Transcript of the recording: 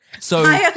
So-